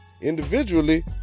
Individually